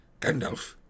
Gandalf